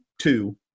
two